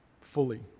fully